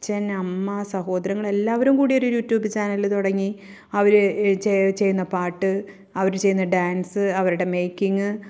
അച്ഛൻ അമ്മ സഹോദരങ്ങൾ എല്ലാവരും കൂടി ഒരു യു ട്യൂബ് ചാനല് തുടങ്ങി അവര് ചെയ്യുന്ന പാട്ട് അവര് ചെയ്യുന്ന ഡാൻസ് അവരുടെ മെയ്ക്കിങ്ങ്